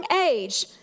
age